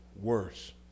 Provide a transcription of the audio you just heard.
worse